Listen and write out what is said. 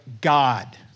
God